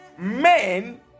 men